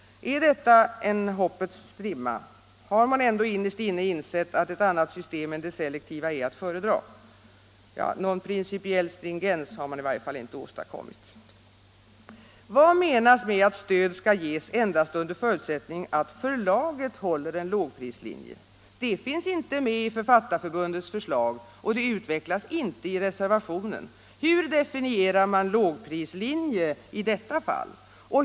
Är detta en hoppets strimma — har man ändå innerst inne insett att ett annat system än det selektiva är att föredra? Ja, någon principiell stringens har man i varje fall inte åstadkommit. Vad menas med att stöd skall ges endast under förutsättning att förlaget håller en lågprislinje? Det finns inte med i Författarförbundets förslag, och det utvecklas inte i reservationen. Hur definierar man lågprislinje i detta fall?